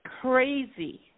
crazy